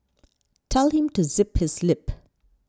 tell him to zip his lip